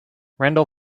randall